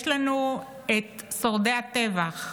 יש לנו את שורדי הטבח,